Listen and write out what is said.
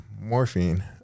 morphine